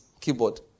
keyboard